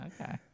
Okay